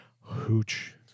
hooch